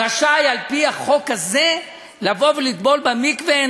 רשאי על-פי החוק הזה לבוא ולטבול במקווה.